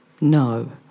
No